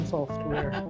Software